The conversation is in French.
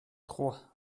trois